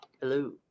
Hello